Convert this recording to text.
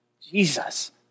Jesus